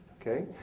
Okay